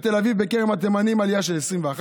בתל אביב בכרם התימנים, עלייה של 21%,